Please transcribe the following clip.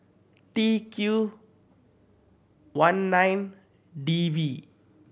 T Q one nine D V